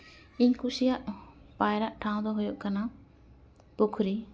ᱤᱧ ᱠᱩᱥᱤᱭᱟᱜ ᱯᱟᱭᱨᱟᱜ ᱴᱷᱟᱶ ᱫᱚ ᱦᱩᱭᱩᱜ ᱠᱟᱱᱟ ᱯᱩᱠᱷᱨᱤ